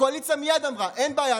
הקואליציה מייד אמרה: אין בעיה,